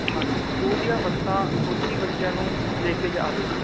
ਹਾਂਜੀ ਸਕੂਲ ਦੀਆਂ ਬੱਸਾਂ ਖੁਦ ਹੀ ਬੱਚਿਆਂ ਨੂੰ ਲੈ ਕੇ ਜਾਵੇਗੀ